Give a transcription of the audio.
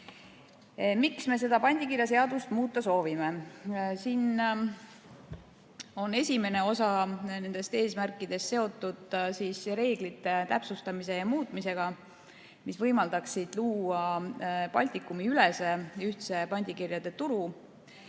Miks me seda pandikirjaseadust muuta soovime? Esimene osa eesmärkidest on seotud nende reeglite täpsustamise ja muutmisega, mis võimaldaksid luua Baltikumi-ülese ühtse pandikirjade turu.